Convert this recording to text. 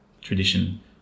tradition